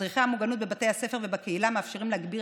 מדריכי המוגנות בבתי הספר ובקהילה מאפשרים להגביר